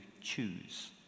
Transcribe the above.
choose